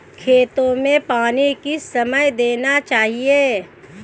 खेतों में पानी किस समय देना चाहिए?